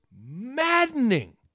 maddening